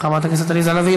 חברת הכנסת עליזה לביא,